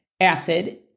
acid